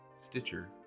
Stitcher